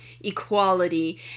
equality